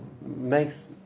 makes